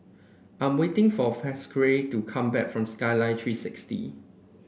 I'm waiting for Pasquale to come back from Skyline Three sixty